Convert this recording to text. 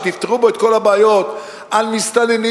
שתפתרו בו את כל הבעיות על מסתננים